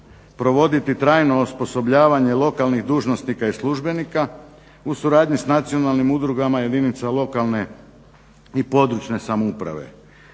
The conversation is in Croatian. provoditi trajno osposobljavanje lokalnih dužnosnika i službenika u suradnji s nacionalnim udrugama jedinica lokalne i područne samouprave.